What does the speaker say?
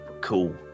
cool